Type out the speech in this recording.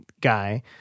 guy